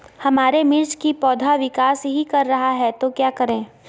हमारे मिर्च कि पौधा विकास ही कर रहा है तो क्या करे?